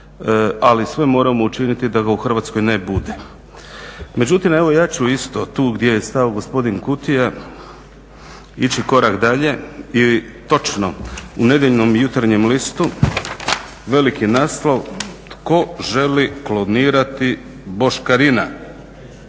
ali sve moramo učiniti da ga u Hrvatskoj ne bude. Međutim, evo ja ću isto tu gdje je stao gospodin Kutija ići korak dalje i točno u nedjeljnom Jutarnjem listu, veliki naslov, tko želi klonirati boškarina?